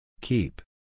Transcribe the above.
Keep